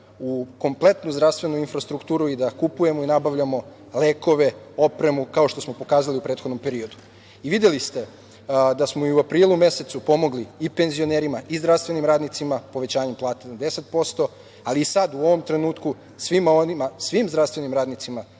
u kompletnu zdravstvenu infrastrukturu i da kupujemo i nabavljamo lekove, opremu, kao što smo pokazali u prethodnom periodu. Videli ste da smo i u aprilu mesecu pomogli i penzionerima i zdravstvenim radnicima povećanjem plata 10%, ali i sad u ovom trenutku, svim zdravstvenim radnicima